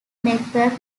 network